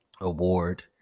award